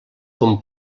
com